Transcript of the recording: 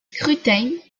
scrutins